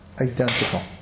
identical